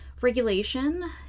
regulation